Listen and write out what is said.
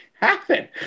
happen